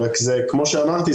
אז כמו שחוה אמרה,